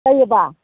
ꯀꯔꯤꯑꯕ